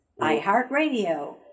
iHeartRadio